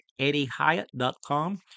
EddieHyatt.com